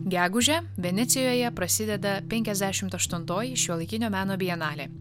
gegužę venecijoje prasideda penkiasdešimt aštuntoji šiuolaikinio meno bienalė